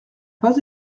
pas